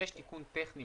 אם יש תיקון טכני,